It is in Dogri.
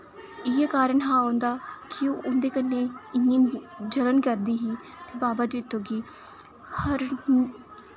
इ'यै कारण हा उं'दा कि उं'दे कन्नै इन्नी जलन करदी ही ते बाबा जित्तो गी हर